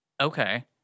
Okay